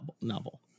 novel